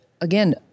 again